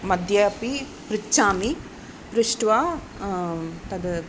मध्ये अपि पृच्छामि पृष्ट्वा तद्